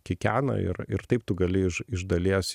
kikena ir ir taip tu gali iš iš dalies